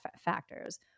factors